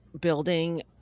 building